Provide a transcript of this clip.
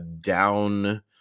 down